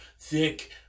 thick